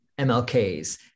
MLKs